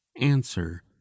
answer